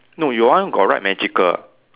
no your one got write magical